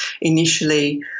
initially